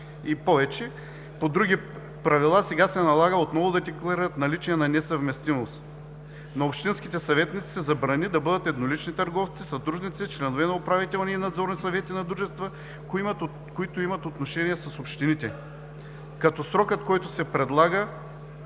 и повече по други правила, сега се налага отново да декларират наличие на несъвместимост. На общинските съветници се забрани да бъдат еднолични търговци, съдружници, членове на управителни и надзорни съвети на дружества, които имат отношения с общините, като срокът, който се предлага